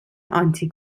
آنتی